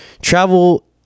travel